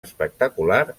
espectacular